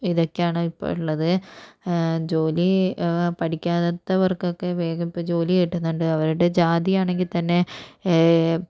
ഇതൊക്കെയാണ് ഇപ്പം ഉള്ളത് ജോലി പഠിക്കാത്തവർക്കൊക്കെ വേഗം ഇപ്പം ജോലി കിട്ടുന്നുണ്ട് അവരുടെ ജാതിയാണെങ്കിൽ തന്നെ